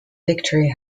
victory